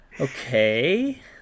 Okay